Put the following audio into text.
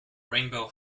rainbow